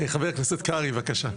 חבר הכנסת קרעי, בבקשה.